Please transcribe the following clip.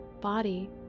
body